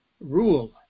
rule